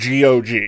GOG